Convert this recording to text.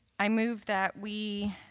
i move that we